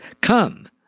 come